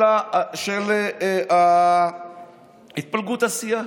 של התפלגות הסיעה?